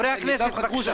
חכרוש,